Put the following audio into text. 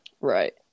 right